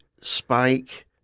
Spike